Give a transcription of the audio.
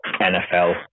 NFL